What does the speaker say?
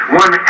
one